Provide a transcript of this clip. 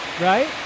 right